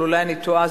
אבל אולי אני טועה,